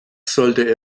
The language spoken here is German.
sollte